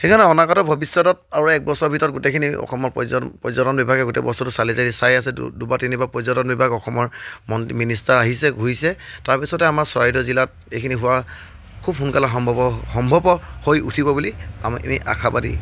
সেইকাৰণে অনাগত ভৱিষ্যতত আৰু এক বছৰ ভিতৰত গোটেইখিনি অসমৰ পৰ্য পৰ্যটন বিভাগে গোটেই বস্তুটো চালি জাৰি চাই আছে দুবাৰ তিনিবাৰ পৰ্যটন বিভাগ অসমৰ মন মিনিষ্টাৰ আহিছে ঘূৰিছে তাৰপিছতে আমাৰ চৰাইদেউ জিলাত এইখিনি হোৱা খুব সোনকালে সম্ভৱ সম্ভৱ হৈ উঠিব বুলি আমাৰ আমি আশাবাদী